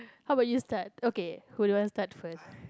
how about you start okay who don't want start first